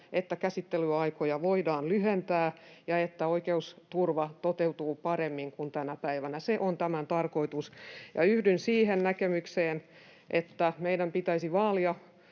että käsittelyaikoja voidaan lyhentää ja että oikeusturva toteutuu paremmin kuin tänä päivänä. Se on tämän tarkoitus. Yhdyn siihen näkemykseen, että meidän pitäisi vaalia